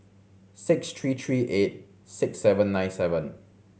six three three eight six seven nine seven